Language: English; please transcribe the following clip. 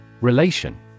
Relation